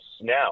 now